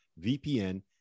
VPN